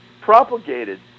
propagated